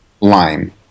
lime